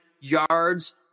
yards